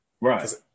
Right